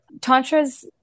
Tantra's